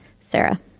Sarah